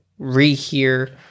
rehear